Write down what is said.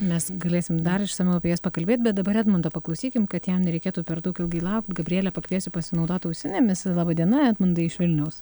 mes galėsim dar išsamiau apie jas pakalbėt bet dabar edmundo paklausykim kad jam nereikėtų per daug ilgai laukt gabriele pakviesiu pasinaudot ausinėmis laba diena edmundai iš vilniaus